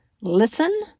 listen